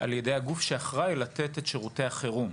על ידי הגוף שאחראי לתת את שירותי החירום.